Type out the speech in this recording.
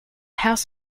house